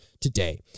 today